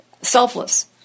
selfless